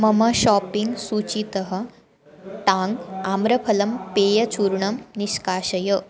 मम शापिङ्ग् सूचीतः टाङ्ग् आम्रफलं पेयचूर्णं निष्काशय